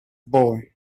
boy